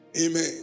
amen